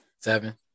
Seven